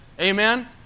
Amen